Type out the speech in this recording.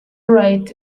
right